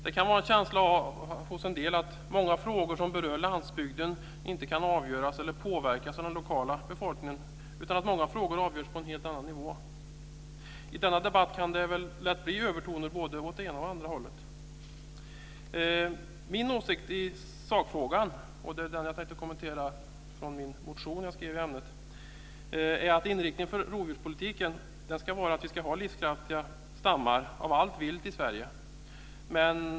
Det kan vara en känsla hos en del att många frågor som berör landsbygden kan inte påverkas av den lokala befolkningen utan de avgörs på en helt annan nivå. I denna debatt kan det lätt bli övertoner åt både det ena och den andra hållet. Min åsikt i sakfrågan, vilken jag har redovisat i en motion, är att inriktningen för rovdjurspolitiken ska vara att vi ska ha livskraftiga stammar av allt vilt i Sverige.